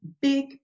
big